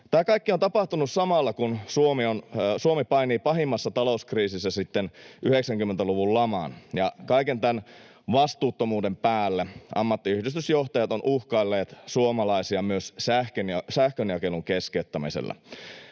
Tämä kaikki on tapahtunut samalla, kun Suomi painii pahimmassa talouskriisissä sitten 90-luvun laman. Kaiken tämän vastuuttomuuden päälle ammattiyhdistysjohtajat ovat uhkailleet suomalaisia myös sähkönjakelun keskeyttämisellä.